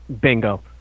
bingo